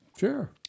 Sure